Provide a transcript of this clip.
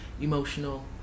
Emotional